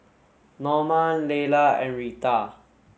Norma Laylah and Rita